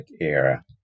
era